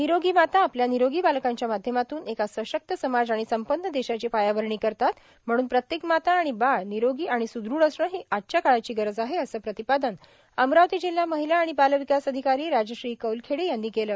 निरोगी माता आपल्या निरोगी बालकांच्या माध्यमातून एका सशक्त समाज आणि संपन्न देशाची पायाभरणी करतात म्हणून प्रत्येक माता आणि बाळ निरोगी आणि सुदृढ असणे ही आजच्या काळाची गरज आहे असे प्रतिपादन अमरावती जिल्हा महिला आणि बाल विकास अधिकारी राजश्री कौलखेडे यांनी केलं